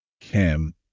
Kim